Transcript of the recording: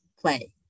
Play